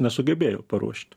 nesugebėjo paruošt